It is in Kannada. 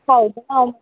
ಹೌದು ಹಾಂ